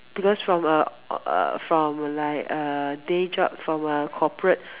because from a uh from a like a day job from a corporate